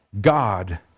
God